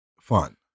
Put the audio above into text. fun